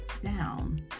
down